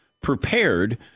prepared